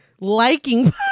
liking